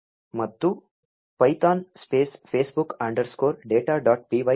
ಮತ್ತು Python space Facebook underscore data dot p y enter